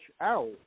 out